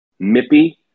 Mippy